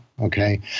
okay